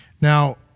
Now